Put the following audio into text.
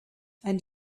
and